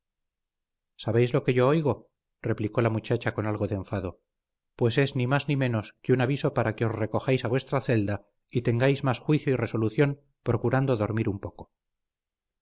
sabéis lo que yo oigo replicó la muchacha con algo de enfado pues es ni más ni menos que un aviso para que os recojáis a vuestra celda y tengáis más juicio y resolución procurando dormir un poco